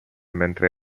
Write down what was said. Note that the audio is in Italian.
mentre